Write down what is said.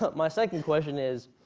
ah my second question is,